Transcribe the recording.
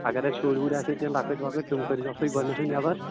اگر اَتہِ شُرۍ وُرۍ آسان کینٛہہ لۄکٕٹۍ وَکٕٹۍ تِم کٔرۍ زیووَکھ تُہۍ گۄڈنٮ۪تھٕے نٮ۪بَر